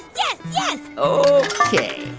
yes, yes ok.